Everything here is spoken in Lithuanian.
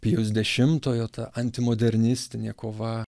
pijaus dešimtojo ta antimodernistinė kova